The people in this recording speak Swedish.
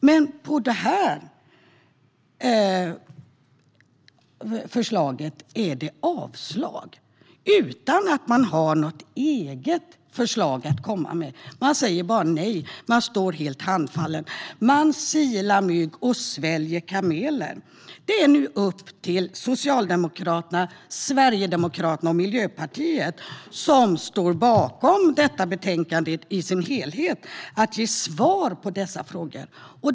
Men man avstyrker det förslaget utan att ha något eget förslag att komma med. Man säger bara nej. Man står helt handfallen. Man silar mygg och sväljer kameler. Det är nu upp till Socialdemokraterna, Sverigedemokraterna och Miljöpartiet, som står bakom utskottets förslag i dess helhet i detta betänkande, att ge svar på dessa frågor.